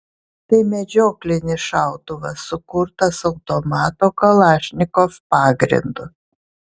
tai medžioklinis šautuvas sukurtas automato kalašnikov pagrindu